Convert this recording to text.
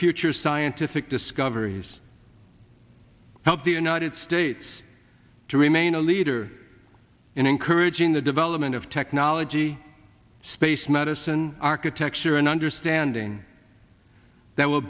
future scientific discoveries help the united states to remain a leader in encouraging the development of technology space medicine architecture and understanding that w